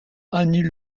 annule